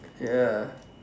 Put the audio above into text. ya